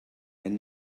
and